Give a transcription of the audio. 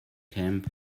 camp